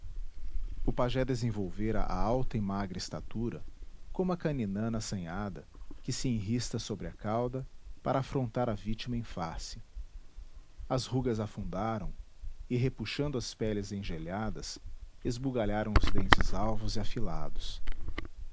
o pajé desenvolvera a alta e magra estatura como a caninana assanhada que se enrista sobre a cauda para afrontar a vítima em face as rugas afundaram e repuxando as peles engelhadas esbugalharam os dentes alvos e afilados